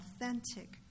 authentic